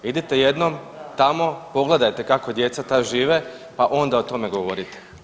Idite jednom tamo i pogledajte kako djeca ta žive, pa onda o tome govorite.